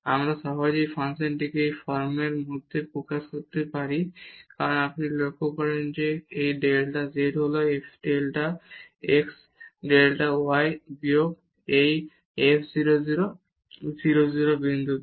আমরা সহজেই এই ফাংশনটিকে এই ফর্মের মধ্যে প্রকাশ করতে পারি কারণ আপনি যদি লক্ষ্য করেন যে এই ডেল্টা z হল f delta x delta y বিয়োগ এই f 0 0 0 0 বিন্দুতে